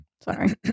Sorry